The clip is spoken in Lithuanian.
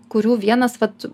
kurių vienas vat